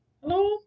hello